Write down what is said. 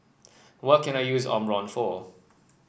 what can I use Omron for